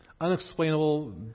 unexplainable